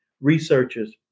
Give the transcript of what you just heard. researchers